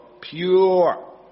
Pure